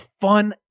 fun